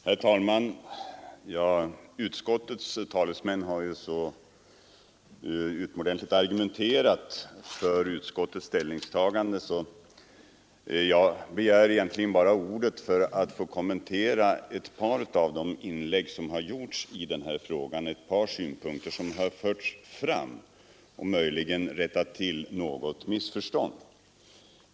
Herr talman! Utskottets talesmän har ju så utomordentligt argumenterat för utskottets ställningstagande att jag egentligen begär ordet bara för att få kommentera ett par synpunkter som framförts i de inlägg som gjorts i denna fråga och möjligen rätta till något missförstånd.